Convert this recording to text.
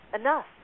enough